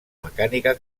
mecànica